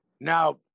Now